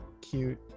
cute